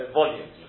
volume